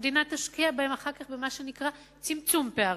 והמדינה תשקיע בהם אחר כך במה שנקרא צמצום פערים,